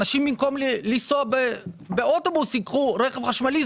אנשים במקום לנסוע באוטובוס, ייקחו רכב חשמלי.